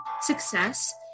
success